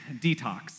Detox